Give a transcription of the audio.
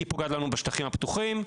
כי פוגעת לנו בשטחים הפתוחים,